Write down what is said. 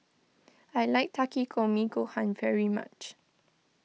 I like Takikomi Gohan very much